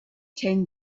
tend